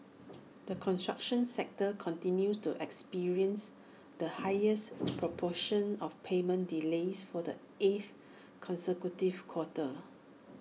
the construction sector continues to experience the highest proportion of payment delays for the eighth consecutive quarter